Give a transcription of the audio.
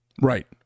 Right